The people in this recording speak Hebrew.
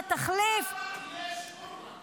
תשאלי את השאלה הזו.